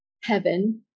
heaven